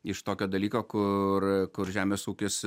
iš tokio dalyko kur kur žemės ūkis